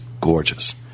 gorgeous